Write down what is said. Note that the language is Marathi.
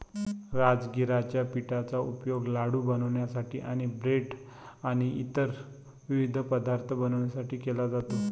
राजगिराच्या पिठाचा उपयोग लाडू बनवण्यासाठी आणि ब्रेड आणि इतर विविध पदार्थ बनवण्यासाठी केला जातो